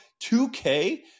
2K